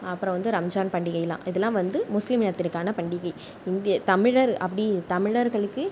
அப்புறம் வந்து ரம்ஜான் பண்டிகைலான் இதைலான் வந்து முஸ்லீம் இனத்திற்க்கான பண்டிகை தமிழர் அப்படி தமிழர்களுக்கு